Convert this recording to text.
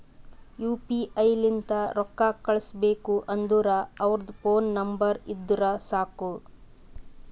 you P I ಲಿಂತ್ ರೊಕ್ಕಾ ಕಳುಸ್ಬೇಕ್ ಅಂದುರ್ ಅವ್ರದ್ ಫೋನ್ ನಂಬರ್ ಇದ್ದುರ್ ಸಾಕ್